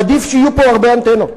עדיף שיהיו פה הרבה אנטנות,